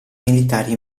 militari